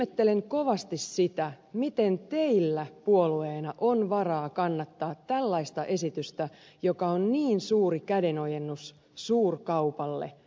ihmettelen kovasti sitä miten teillä puolueena on varaa kannattaa tällaista esitystä joka on niin suuri kädenojennus suurkaupalle